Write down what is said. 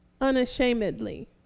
unashamedly